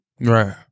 Right